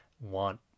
want